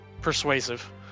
Persuasive